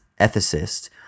ethicist